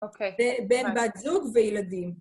בין בת זוג וילדים.